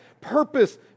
purpose